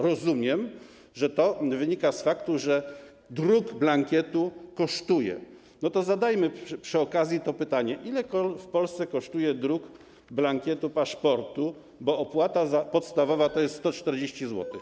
Rozumiem, że to wynika z faktu, że druk blankietu kosztuje, to zadajmy przy okazji pytanie: Ile w Polsce kosztuje druk blankietu paszportu, bo opłata podstawowa to jest 140 zł?